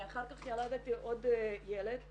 אני אחר כך ילדתי עוד ילדה